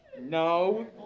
No